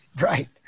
Right